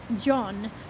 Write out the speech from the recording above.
john